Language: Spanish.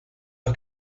los